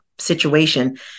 situation